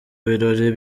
birori